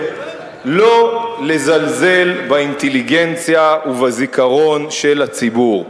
לא לזלזל באינטליגנציה ובזיכרון של הציבור.